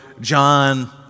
John